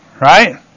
Right